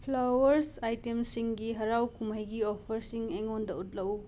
flowers ꯑꯥꯏꯇꯦꯝꯁꯤꯡꯒꯤ ꯍꯔꯥꯎ ꯀꯨꯝꯍꯩꯒꯤ ꯑꯣꯐꯔꯁꯤꯡ ꯑꯩꯉꯣꯟꯗ ꯎꯠꯂꯛꯎ